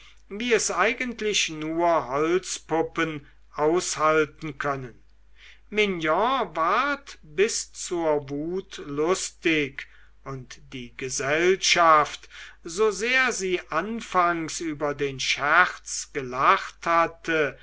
wie es eigentlich nur holzpuppen aushalten können mignon ward bis zur wut lustig und die gesellschaft so sehr sie anfangs über den scherz gelacht hatte